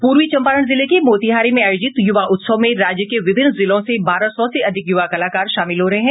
पूर्वी चंपारण जिले के मोतिहारी में आयोजित युवा उत्सव में राज्य के विभिन्न जिलों से बारह सौ से अधिक युवा कलाकार शामिल हो रहे हैं